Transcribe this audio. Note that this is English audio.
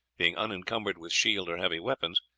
being unencumbered with shield or heavy weapons,